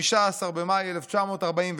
15 במאי 1948,